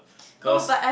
because